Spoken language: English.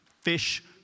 fish